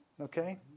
Okay